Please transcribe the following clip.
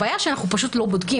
הבעיה שאנחנו פשוט לא בודקים.